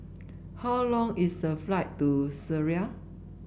how long is the flight to Syria